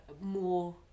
more